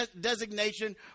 designation